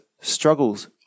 struggles